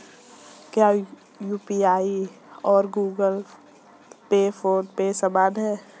क्या यू.पी.आई और Google Pay PhonePe समान हैं?